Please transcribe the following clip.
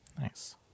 Nice